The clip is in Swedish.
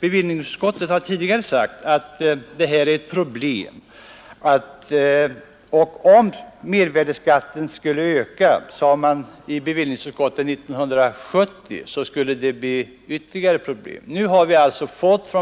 Bevillningsutskottet har tidigare sagt att det här är ett problem. Om mervärdeskatten skulle öka, sade bevillningsutskottet 1970, så skulle det bli ytterligare problem. Nu har vi fått